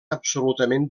absolutament